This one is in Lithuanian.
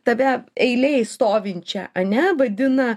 tave eilėj stovinčią ane vadina